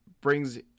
brings